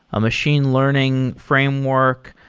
a machine learning framework,